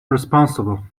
responsible